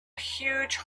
huge